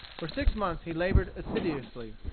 for six months he labored assiduously,